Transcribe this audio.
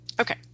Okay